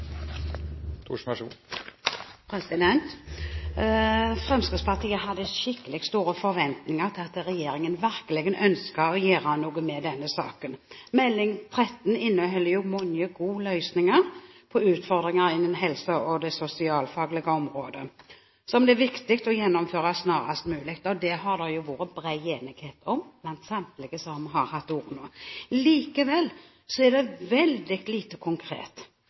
Fremskrittspartiet hadde skikkelig store forventninger til at regjeringen virkelig ønsket å gjøre noe med denne saken. Meld. St. 13 inneholder mange gode løsninger på utfordringer innen det helsefaglige og sosialfaglige området, som det er viktig å gjennomføre snarest mulig. Det har det vært bred enighet om blant samtlige som har hatt ordet til nå. Likevel er det veldig lite konkret.